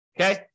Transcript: Okay